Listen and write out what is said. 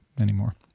anymore